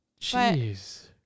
Jeez